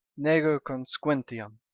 nego consequentiam.